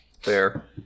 Fair